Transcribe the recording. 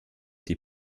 die